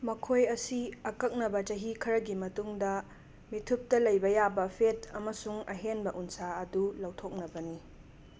ꯃꯈꯣꯏ ꯑꯁꯤ ꯑꯀꯛꯅꯕ ꯆꯍꯤ ꯈꯔꯒꯤ ꯃꯇꯨꯡꯗ ꯃꯤꯠꯊꯨꯞꯇ ꯂꯩꯕ ꯌꯥꯕ ꯐꯦꯠ ꯑꯃꯁꯨꯡ ꯑꯍꯦꯟꯕ ꯎꯟꯁꯥ ꯑꯗꯨ ꯂꯧꯊꯣꯛꯅꯕꯅꯤ